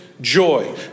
joy